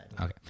Okay